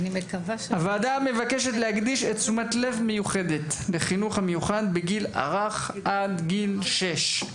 הוועדה מבקשת להקדיש תשומת לב מיוחדת לחינוך המיוחד בגיל הרך עד גיל שש.